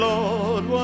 Lord